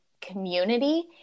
community